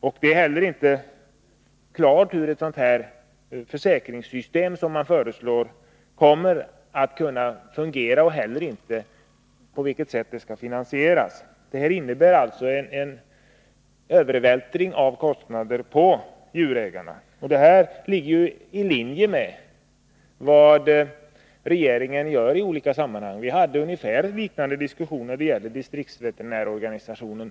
Det är inte heller klart hur ett sådant försäkringssystem som föreslås kommer att kunna fungera och inte på vilket sätt det skall finansieras. Det här innebär alltså en övervältring av kostnader på djurägarna. Det ligger i linje med vad regeringen gör i olika sammanhang. Vi hade ungefär liknande diskussioner beträffande distriktsveterinärorganisationen.